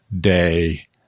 day